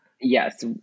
Yes